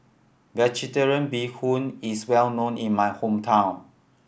Vegetarian Bee Hoon is well known in my hometown